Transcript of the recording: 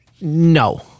No